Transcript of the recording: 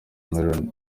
meron